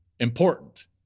Important